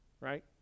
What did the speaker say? Right